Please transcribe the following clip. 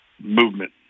movement